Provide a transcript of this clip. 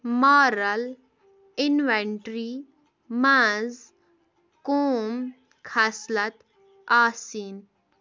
Moral inventory منٛز کُم خصلت آسِنۍ ؟